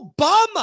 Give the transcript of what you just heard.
Obama